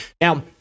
Now